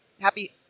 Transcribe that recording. happy